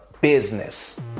business